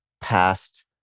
past